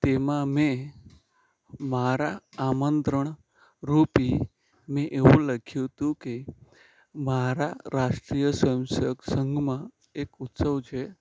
તેમાં મેં મારા આમંત્રણ રુપી મેં એવું લખ્યું હતું કે મારા રાષ્ટ્રીય સ્વયંસેવક સંઘમાં એક ઉત્સવ છે